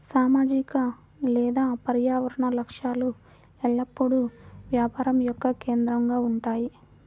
సామాజిక లేదా పర్యావరణ లక్ష్యాలు ఎల్లప్పుడూ వ్యాపారం యొక్క కేంద్రంగా ఉంటాయి